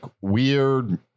weird